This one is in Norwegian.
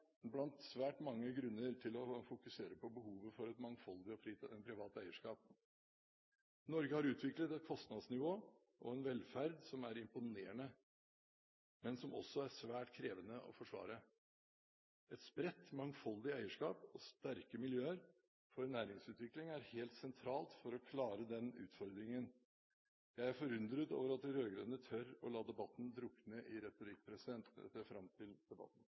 blant svært mange grunner til å fokusere på behovet for et mangfoldig og privat eierskap. Norge har utviklet et kostnadsnivå og en velferd som er imponerende, men som også er svært krevende å forsvare. Et spredt og mangfoldig eierskap og sterke miljøer for næringsutvikling er helt sentralt for å klare den utfordringen. Jeg er forundret over at de rød-grønne tør å la debatten drukne i retorikk. Jeg ser fram til debatten.